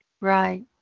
right